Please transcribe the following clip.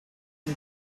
und